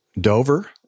Dover